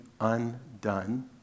undone